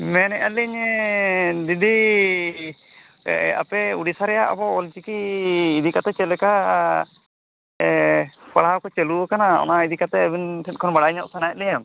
ᱢᱮᱱᱮᱜᱼᱟ ᱞᱤᱧ ᱫᱤᱫᱤ ᱟᱯᱮ ᱳᱰᱤᱥᱟ ᱨᱮᱭᱟᱜ ᱟᱵᱚ ᱚᱞᱪᱤᱠᱤ ᱤᱫᱤ ᱠᱟᱛᱮᱫ ᱪᱮᱫ ᱞᱮᱠᱟ ᱯᱟᱲᱦᱟᱣ ᱠᱚ ᱪᱟᱹᱞᱩ ᱠᱟᱱᱟ ᱚᱱᱟ ᱤᱫᱤ ᱠᱟᱛᱮᱫ ᱟᱹᱵᱤᱱ ᱴᱷᱮᱡ ᱠᱷᱚᱱ ᱵᱟᱲᱟᱭ ᱧᱚᱜ ᱥᱟᱱᱟᱭᱮᱫ ᱞᱤᱧᱟᱹ